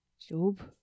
Job